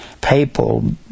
papal